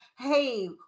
hey